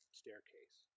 staircase